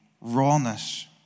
rawness